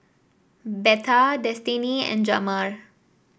Betha Destinee and Jamar